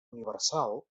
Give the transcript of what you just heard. universal